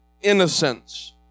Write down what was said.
innocence